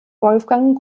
wolfgang